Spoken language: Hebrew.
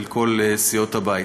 של כל סיעות הבית.